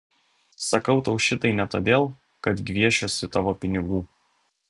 sakau tau šitai ne todėl kad gviešiuosi tavo pinigų